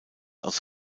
aus